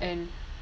and